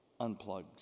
unplugs